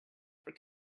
for